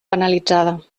penalitzada